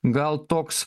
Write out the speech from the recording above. gal toks